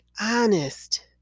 honest